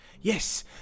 Yes